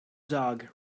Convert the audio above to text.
dog